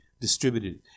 distributed